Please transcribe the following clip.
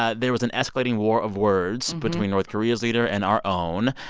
ah there was an escalating war of words between north korea's leader and our own.